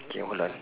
K hold on